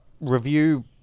review